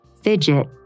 fidget